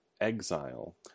exile